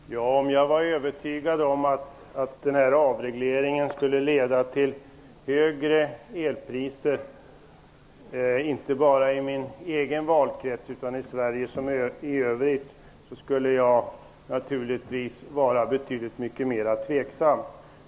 Herr talman! Om jag var övertygad om att den här avregleringen skulle leda till högre elpriser, inte bara i min egen valkrets utan i Sverige i övrigt, skulle jag naturligtvis vara betydligt mer tveksam.